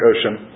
Ocean